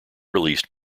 released